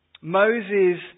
Moses